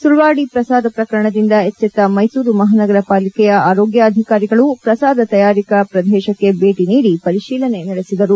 ಸುಳ್ವಾದಿ ಪ್ರಸಾದ ಪ್ರಕರಣದಿಂದ ಎಚ್ಚೆತ್ತ ಮೈಸೂರು ಮಹಾನಗರ ಪಾಲಿಕೆಯ ಆರೋಗ್ಯ ಅಧಿಕಾರಿಗಳು ಪ್ರಸಾದ ತಯಾರಿಕೆ ಪ್ರದೇಶಕ್ಕೆ ಭೇಟಿ ನೀಡಿ ಪರಿಶೀಲನೆ ನಡೆಸಿದರು